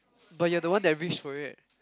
but you're the one that reach for it